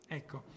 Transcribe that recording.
ecco